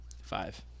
Five